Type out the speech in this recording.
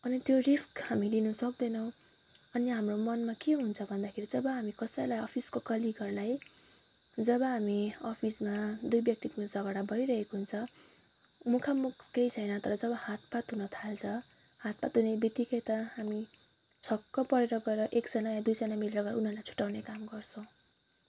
अनि त्यो रिस्क हामी लिन सक्दैनौँ अनि हाम्रो मनमा के हुन्छ भन्दाखेरि चाहिँ जब हामी कसैलाई अफिसको कलिगहरूलाई जब हामी अफिसमा दुई व्यक्तिको बिच झगडा भइरहेको हुन्छ मुखामुख केही छैन तर जब हातपात हुनथाल्छ हातपात हुने बित्तिकै त हामी छक्क परेर गएर एकजना या दुईजना मिलेर उनीहरूलाई छुट्टाउने काम गर्छौँ